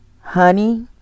Honey